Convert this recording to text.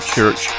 Church